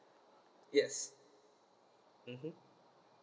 yes mmhmm